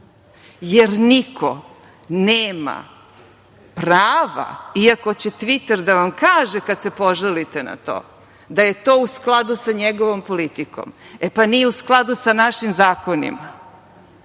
jer niko nema prava, iako će „Tviter“ da vam kaže, kad se požalite na to, da je to u skladu sa njegovom politikom. E, pa nije u skladu sa našim zakonima. To